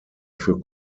für